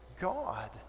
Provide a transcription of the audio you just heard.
God